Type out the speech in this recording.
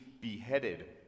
beheaded